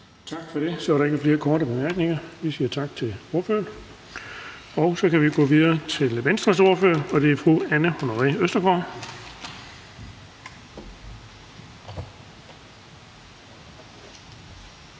Tak for det. Så er der ikke flere korte bemærkninger. Vi siger tak til ordføreren. Og så kan vi gå videre til Venstres ordfører, og det er fru Anne Honoré Østergaard.